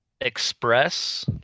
express